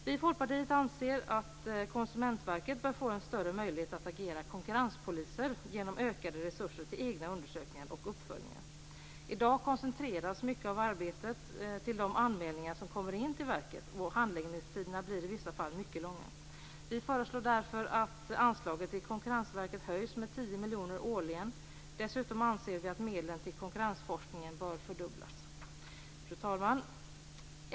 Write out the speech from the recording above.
Vi i Folkpartiet anser att Konkurrensverket bör få större möjligheter att agera konkurrenspoliser genom ökade resurser till egna undersökningar och uppföljningar. I dag koncentreras mycket av arbetet till de anmälningar som kommer in till verket, och handläggningstiderna blir i vissa fall mycket långa. Vi föreslår därför att anslaget till Konkurrensverket höjs med 10 miljoner kronor årligen. Dessutom anser vi att medlen till konkurrensforskningen bör fördubblas. Fru talman!